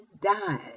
died